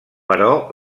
però